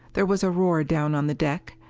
there was a roar down on the deck.